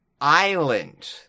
Island